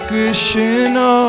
Krishna